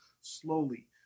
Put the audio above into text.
Slowly